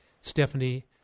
stephanie